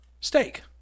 steak